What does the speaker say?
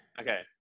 okay